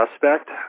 suspect